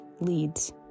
leads